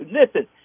Listen